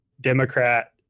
Democrat